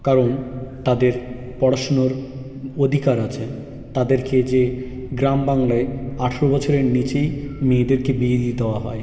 কারণ তাদের পড়াশুনোর অধিকার আছে তাদেরকে যে গ্রাম বাংলায় আঠারো বছরের নিচেই মেয়েদেরকে বিয়ে দিয়ে দেওয়া হয়